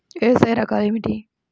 వ్యవసాయ రకాలు ఏమిటి?